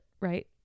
right